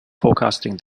forecasting